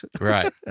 Right